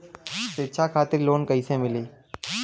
शिक्षा खातिर लोन कैसे मिली?